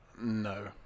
No